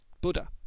Buddha